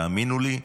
תאמינו לי,